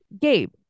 gabe